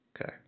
Okay